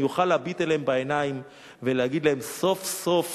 אני אוכל להביט אליהם בעיניים ולהגיד להם: סוף-סוף